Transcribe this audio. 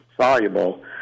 soluble